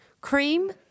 Cream